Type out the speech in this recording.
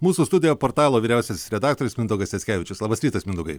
mūsų studijoje portalo vyriausiasis redaktorius mindaugas jackevičius labas rytas mindaugai